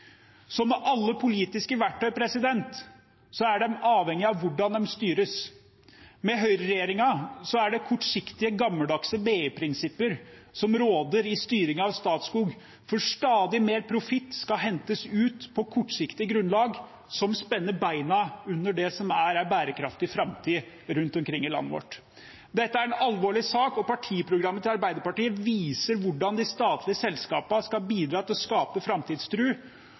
Som med alle politiske verktøy er de avhengige av hvordan de styres. Med høyreregjeringen er det kortsiktige, gammeldagse BI-prinsipper som råder i styringen av Statskog, for stadig mer profitt skal hentes ut på kortsiktig grunnlag, noe som spenner beina under det som er en bærekraftig framtid rundt omkring i landet vårt. Dette er en alvorlig sak. Partiprogrammet til Arbeiderpartiet viser hvordan de statlige selskapene skal bidra til å skape